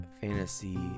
fantasy